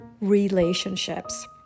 relationships